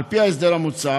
על פי ההסדר המוצע,